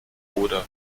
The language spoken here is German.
oder